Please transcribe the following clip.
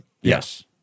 yes